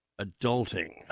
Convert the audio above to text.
Adulting